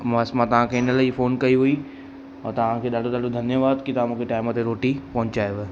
बस मां तांखे हिन लाए फोन कई हुई और तांखे ॾाढो ॾाढो धन्यवाद कि तां मुखे टाइम ते रोटी पहुंचायव